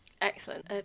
excellent